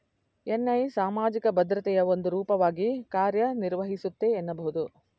NI ಸಾಮಾಜಿಕ ಭದ್ರತೆಯ ಒಂದು ರೂಪವಾಗಿ ಕಾರ್ಯನಿರ್ವಹಿಸುತ್ತೆ ಎನ್ನಬಹುದು